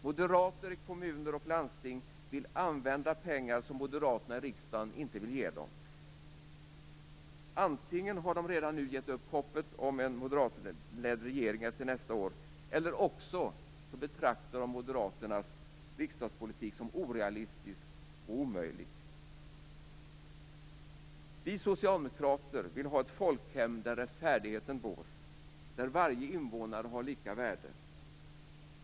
Moderater i kommuner och landsting vill använda pengar som moderaterna i riksdagen inte vill ge dem. Antingen har de redan nu gett upp hoppet om en moderatledd regering efter nästa år, eller också betraktar de Moderaternas riksdagspolitik som orealistisk och omöjlig. Vi socialdemokrater vill ha ett folkhem där rättfärdigheten bor, där varje invånare har lika värde.